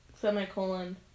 semicolon